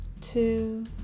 two